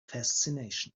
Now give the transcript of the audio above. fascination